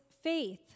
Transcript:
faith